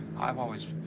i've always.